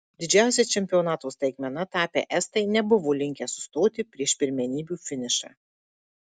didžiausia čempionato staigmena tapę estai nebuvo linkę sustoti prieš pirmenybių finišą